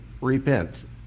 repent